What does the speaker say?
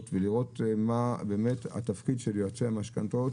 ולראות מה התפקיד של יועצי המשכנתאות.